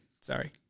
Sorry